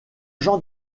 jean